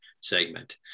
segment